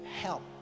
help